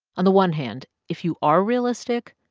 on the one hand if you are realistic,